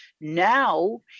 now